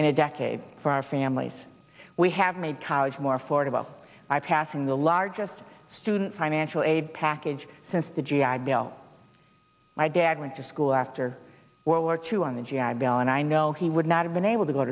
in a decade for our families we have made college more affordable by passing the largest student financial aid package since the g i bill my dad went to school after world war two on the g i bill and i know he would not have been able to go